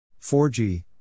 4G